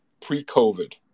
pre-COVID